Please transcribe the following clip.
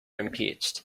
impeached